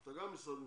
אתה גם משרד ממשלתי.